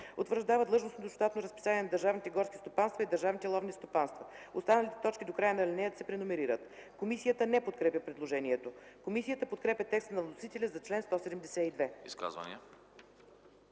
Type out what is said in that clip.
утвърждава длъжностното щатно разписание на държавните горски стопанства и държавните ловни стопанства.” Останалите точки до края на алинеята се преномерират.” Комисията не подкрепя предложението. Комисията подкрепя текста на вносителя за чл. 172.